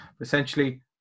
essentially